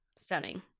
stunning